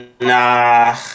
nah